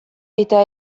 eta